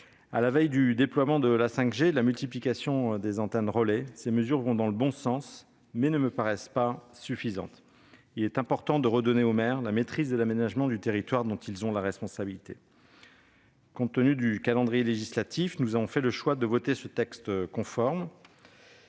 À la veille du déploiement de la 5G et de la multiplication des antennes relais, ces mesures vont dans le bon sens, mais ne me paraissent pas suffisantes. Il est important de redonner aux maires la maîtrise de l'aménagement du territoire dont ils ont la responsabilité. Compte tenu du calendrier législatif, nous avons fait le choix de voter ce texte conforme